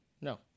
No